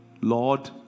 Lord